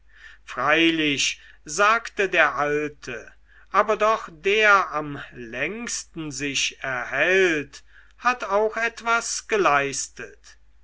freilich sagte der alte aber doch der am längsten sich erhält hat auch etwas geleistet